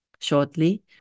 shortly